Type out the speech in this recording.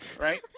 Right